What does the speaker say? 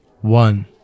One